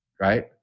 right